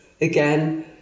Again